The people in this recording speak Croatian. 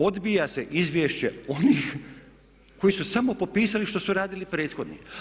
Odbija se izvješće onih koji su samo popisali što su radili prethodni.